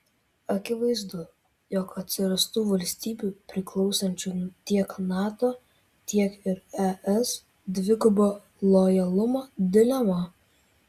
akivaizdu jog atsirastų valstybių priklausančių tiek nato tiek ir es dvigubo lojalumo dilema